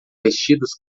vestidos